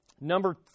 Number